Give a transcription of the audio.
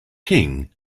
king